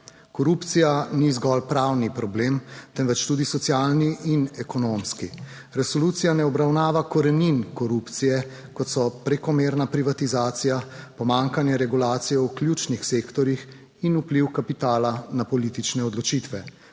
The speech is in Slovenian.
Korupcija ni zgolj pravni problem, temveč tudi socialni in ekonomski. Resolucija ne obravnava korenin korupcije, kot so prekomerna privatizacija, pomanjkanje regulacije v ključnih sektorjih in vpliv kapitala na politične odločitve.